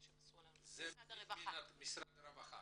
זה מה שמסר לנו משרד הרווחה.